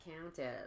counted